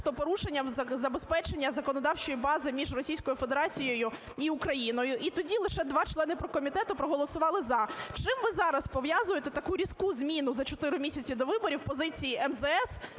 начебто порушенням забезпечення законодавчої бази між Російською Федерацією і Україною. І тоді лише два члени комітету проголосували "за". З чим ви зараз пов'язуєте таку різку зміну, за чотири місяці до виборів, позиції МЗС,